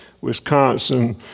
Wisconsin